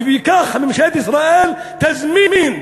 ובכך ממשלת ישראל תזמין,